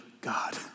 God